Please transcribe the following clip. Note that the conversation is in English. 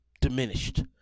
diminished